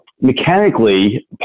mechanically